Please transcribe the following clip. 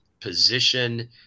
position